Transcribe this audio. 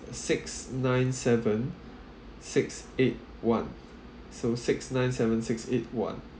six nine seven six eight one so six nine seven six eight one